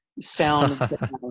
sound